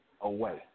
away